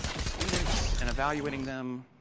students and evaluating them,